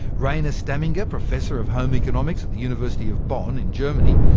rainer stamminger, professor of home economics at the university of bonn in germany,